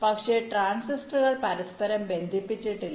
പക്ഷേ ട്രാൻസിസ്റ്ററുകൾ പരസ്പരം ബന്ധിപ്പിച്ചിട്ടില്ല